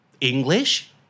English